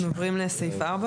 אנחנו עוברים לסעיף 4,